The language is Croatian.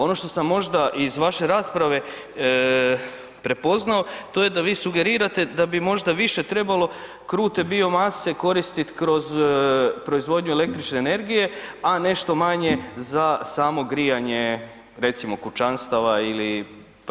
Ono što sam možda iz vaše rasprave prepoznao to je da vi sugerirate da bi možda više trebalo krute biomase koristit kroz proizvodnju električne energije, a nešto manje za samo grijanje recimo kućanstava ili prostora kao što su